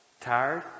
tired